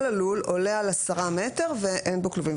הלול עולה על עשרה מטרים ואין בו כלובים.